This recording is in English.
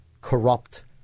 Corrupt